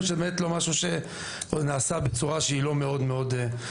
שזה באמת לא משהו שנעשה בצורה שהיא לא מאוד מורכבת.